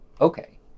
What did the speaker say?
okay